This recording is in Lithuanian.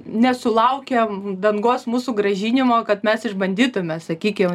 nesulaukėm dangos mūsų grąžinimo kad mes išbandytume sakykim